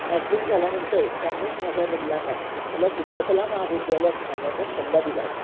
matric झाल्यानंतर त्यांनीच माझ्या वडिलांना मला चित्रकला महाविद्यालयात घालण्याचा सल्ला दिला होता